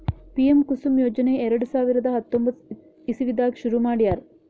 PM Kusum ಯೋಜನೆ ಎರಡ ಸಾವಿರದ್ ಹತ್ತೊಂಬತ್ತ್ ಇಸವಿದಾಗ್ ಶುರು ಮಾಡ್ಯಾರ್